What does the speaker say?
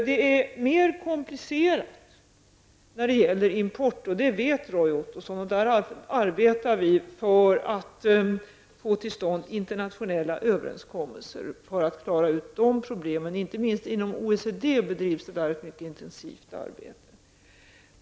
Det är mer komplicerat när det gäller import, och Roy Ottosson vet att vi på det området arbetar för att få till stånd internationella överenskommelser för att klara ut de problemen. Inte minst inom OECD bedrivs det på detta område ett mycket intensivt arbete.